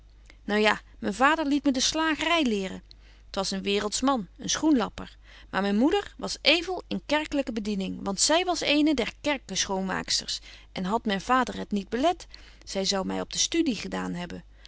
ja men vader liet me de slagery leren t was een waerelds man een schoenlapper maar men moeder was evel in kerkelyke bediening want zy was eene der kerke schoonmaaksters en hadt men vader het niet belet zy zou my op de studie gedaan hebben